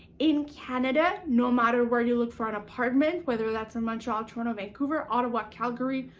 in canada, no matter where you look for an apartment, whether that's in montreal, toronto, vancouver, ottawa, calgary,